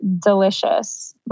delicious